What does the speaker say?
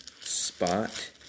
spot